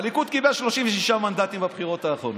הליכוד קיבל 36 מנדטים בבחירות האחרונות.